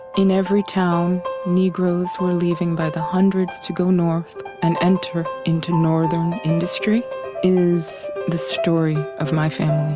in every town, negroes were leaving by the hundreds to go north and enter into northern industry is the story of my family